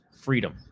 freedom